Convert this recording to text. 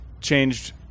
changed